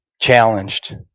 challenged